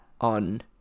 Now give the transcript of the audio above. on